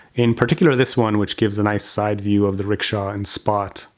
in particular, this one which gives a nice side view of the rickshaw and spot.